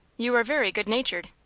you are very good-natured.